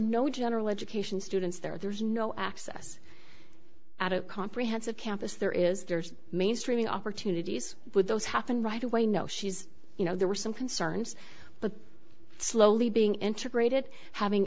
no general education students there there's no access at a comprehensive campus there is there's mainstreaming opportunities with those happen right away no she's you know there were some concerns but slowly being integrated having